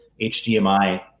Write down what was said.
HDMI